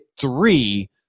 three